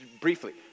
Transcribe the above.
briefly